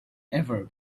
ever